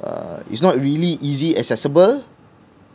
uh it's not really easily accessible